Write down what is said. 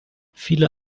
viele